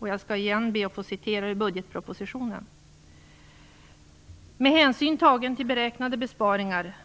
Jag vill återigen citera ur budgetpropositionen: "Med hänsyn tagen till beräknade besparingar